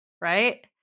right